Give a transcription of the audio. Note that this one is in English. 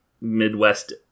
midwest